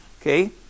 Okay